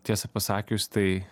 tiesą pasakius tai